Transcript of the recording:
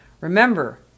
Remember